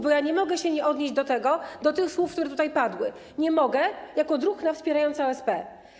Bo ja nie mogę się nie odnieść do tego, do tych słów, które tutaj padły, nie mogę jako druhna wspierająca OSP.